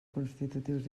constitutius